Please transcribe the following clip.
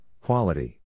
quality